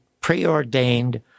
preordained